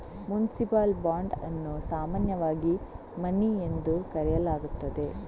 municipal bond ಅನ್ನು ಸಾಮಾನ್ಯವಾಗಿ money ಎಂದು ಕರೆಯಲಾಗುತ್ತದೆ